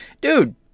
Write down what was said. dude